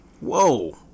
Whoa